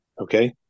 okay